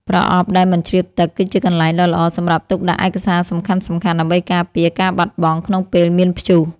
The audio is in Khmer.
ប្រអប់ដែលមិនជ្រាបទឹក គឺជាកន្លែងដ៏ល្អសម្រាប់ទុកដាក់ឯកសារសំខាន់ៗដើម្បីការពារការបាត់បង់ក្នុងពេលមានព្យុះ។